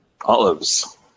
olives